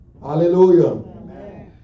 Hallelujah